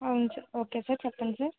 అవును sir okay sir చెప్పండి sir